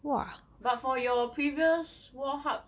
but for your previous Woh Hup